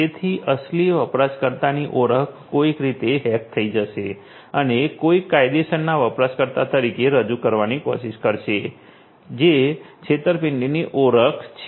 તેથી અસલી વપરાશકર્તાની ઓળખ કોઈક રીતે હેક થઈ જશે અને કોઈક કાયદેસરના વપરાશકર્તા તરીકે રજૂ કરવાની કોશિશ કરશે કે જે છેતરપિંડીની ઓળખ અર્થાત સ્પૂફીંગ આઇડેન્ટિટી છે